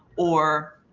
or